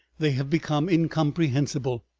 they have become incomprehensible.